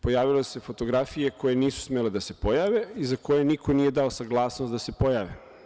Pojavile su se fotografije koje nisu smele da se pojave i za koje niko nije dao saglasnost da se pojave.